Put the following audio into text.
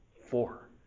four